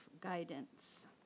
guidance